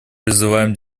призываем